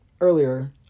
earlier